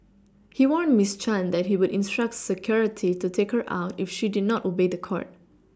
he warned Miss Chan that he would instruct security to take her out if she did not obey the court